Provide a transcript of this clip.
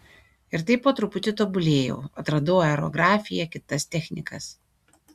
ir taip po truputį tobulėjau atradau aerografiją kitas technikas